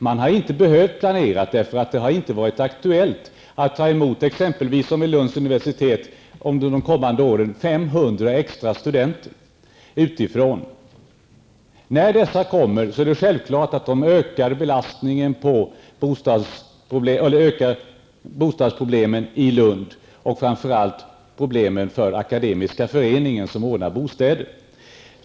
Man har inte behövt göra någon planering, eftersom det inte har varit aktuellt att ta emot t.ex. 500 extra studenter utifrån, någonting som under de kommande åren kommer att bli aktuellt för Lunds universitet. När dessa extra studenter kommer, är det självklart att belastningen på bostadsmarknaden i Lund ökar, framför allt ökar problemen för Akademiska föreningen som har att ordna bostäder.